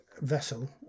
vessel